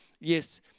Yes